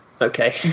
okay